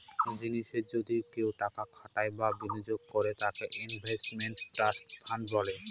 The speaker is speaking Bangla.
কোনো জিনিসে যদি কেউ টাকা খাটায় বা বিনিয়োগ করে তাকে ইনভেস্টমেন্ট ট্রাস্ট ফান্ড বলে